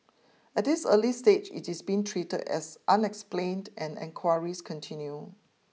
at this early stage it is being treated as unexplained and enquiries continue